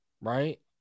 Right